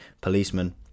policemen